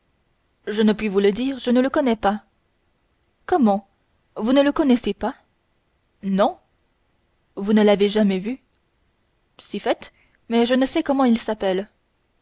je ne puis vous le dire je ne le connais pas comment vous ne le connaissez pas non vous ne l'avez jamais vu si fait mais je ne sais comment il s'appelle